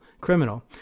criminal